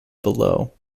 below